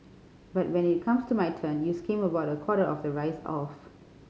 but when it comes to my turn you skim about a quarter of the rice off